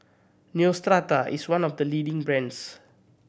Neostrata is one of the leading brands